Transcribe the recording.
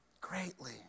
greatly